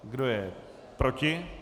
Kdo je proti?